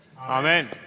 Amen